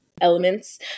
elements